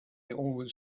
always